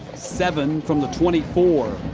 seven from the twenty four.